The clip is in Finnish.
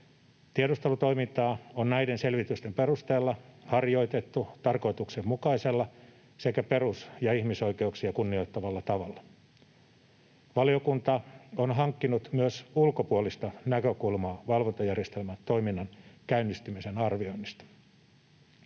Tiedustelutoimintaa on näiden selvitysten perusteella harjoitettu tarkoituksenmukaisella sekä perus- ja ihmisoikeuksia kunnioittavalla tavalla. Valiokunta on hankkinut myös ulkopuolista näkökulmaa valvontajärjestelmän toiminnan käynnistymisen arvioinnista.